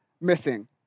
missing